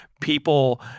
People